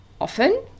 Often